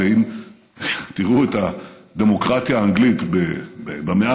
אם תראו את הדמוקרטיה האנגלית במאה